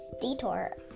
detour